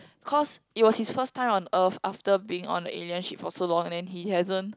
cause it was his first time on earth after being on a alien ship for so long and then he hasn't